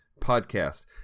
Podcast